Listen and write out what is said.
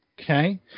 Okay